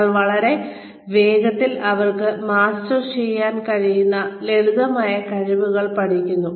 നിങ്ങൾ അവരെ വളരെ വേഗത്തിൽ അവർക്ക് മാസ്റ്റർ ചെയ്യാൻ കഴിയുന്ന ലളിതമായ കഴിവുകൾ പഠിപ്പിക്കുന്നു